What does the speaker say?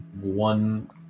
one